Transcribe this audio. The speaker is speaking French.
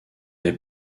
est